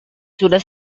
sudah